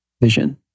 vision